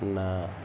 ନା